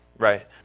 Right